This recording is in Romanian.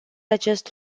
acest